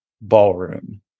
ballroom